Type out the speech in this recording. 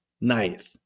Ninth